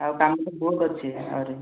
ଆଉ କାମ ତ ବହୁତ ଅଛି ଆହୁରି